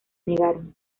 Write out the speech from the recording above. negaron